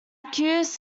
accused